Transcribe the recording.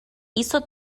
iso